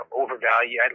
overvalue